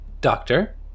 Doctor